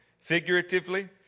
Figuratively